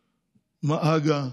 הג"א,